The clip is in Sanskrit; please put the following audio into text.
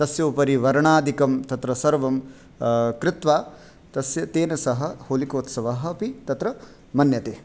तस्योपरि वर्णादिकं तत्र सर्वं कृत्वा तस्य तेन सह होलिकोत्सवः अपि तत्र मन्यते